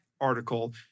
article